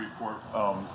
report